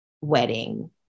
wedding